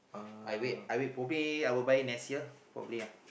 I wait I wait for me I would buy next year probably ah